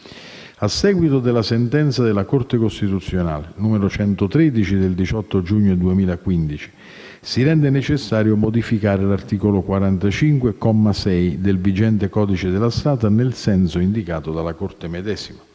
A seguito della sentenza della Corte costituzionale n. 113 del 18 giugno 2015, si rende necessario modificare l'articolo 45, comma 6, del vigente codice della strada, nel senso indicato dalla Corte medesima.